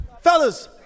Fellas